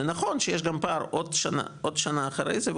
זה נכון שיש גם פער עוד שנה אחרי זה,